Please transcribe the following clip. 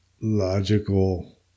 logical